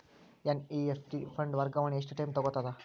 NEFT fund ವರ್ಗಾವಣೆ ಎಷ್ಟ time ತೋಗೊತದ?